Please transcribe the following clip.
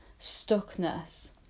stuckness